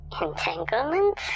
Entanglement